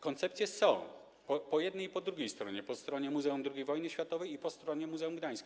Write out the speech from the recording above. Koncepcje są po jednej i po drugiej stronie, po stronie Muzeum II Wojny Światowej i po stronie Muzeum Gdańska.